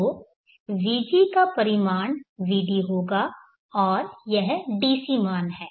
तो vg का परिमाण vd होगा और यह DC मान है